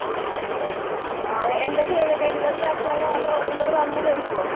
ആ ഓക്കെ എന്താണ് ചെയ്യുന്നത് ഡെലിവറി ആക്കുകയാണോ അതോ നിങ്ങൾ വന്ന് മേടിക്കുമോ